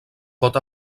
pot